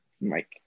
mike